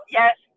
yes